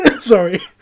Sorry